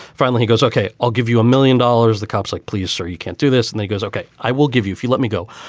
finally he goes, okay, i'll give you a million dollars. the cops like, please, sir, you can't do this. and he goes, okay, i will give you if you let me go,